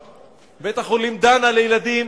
"איכילוב", בית-החולים "דנה" לילדים.